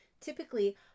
Typically